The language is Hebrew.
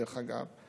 דרך אגב,